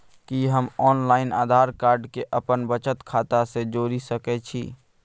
कि हम online Aadhaar card के अपन बचत खाता से जोरि सकै छी?